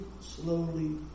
slowly